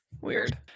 Weird